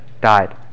Died